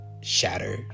shatter